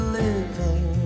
living